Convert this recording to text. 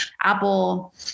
Apple